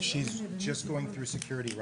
אנטישמיות וזכויות אזרח: